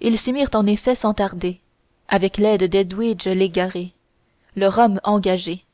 ils s'y mirent en effet sans tarder avec l'aide d'edwige légaré leur homme engagé